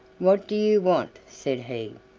what do you want? said he.